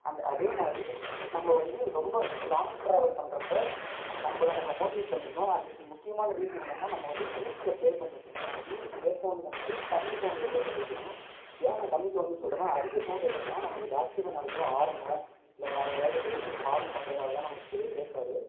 and அதே மாதிரி நம்ம வந்து ரொம்ப லாங் ட்ராவல் பண்றப்போ நம்மள நம்ம மோட்டிவேட் பண்ணிக்கணும் அதுக்கு முக்கியமான ரீசன் என்னன்னால் நம்ம வந்து மியூசிக்கை ப்ளே பண்ணியுட்டுறணும் அட்லீஸ்ட் இயர் ஃபோனில் வந்து கம்மி சவுண்டு வச்சாவது ப்ளே பண்ணும் ஏன் நான் கம்மி சவுண்டுன்னு சொல்கிறேன்னா அதிக சவுண்ட் வச்சோம்னா நமக்கு பேக் சைடில் நடக்கிற ஆரனோ இல்லை வேறே ஏதாவது வெய்க்கிள் ஹாரன் பண்றது அதெல்லாம் நமக்கு சரியாக கேட்காது